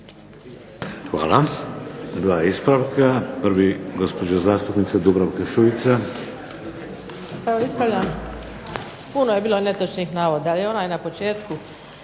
Hvala. Dva ispravka. Prvi gospođa zastupnica Dubravka Šuica. **Šuica, Dubravka (HDZ)** Ispravljam, puno je bilo netočnih navoda, ali onaj na početku